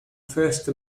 first